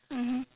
mmhmm